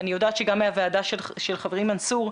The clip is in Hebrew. אני יודעת שגם מהוועדה של חברי מנסור,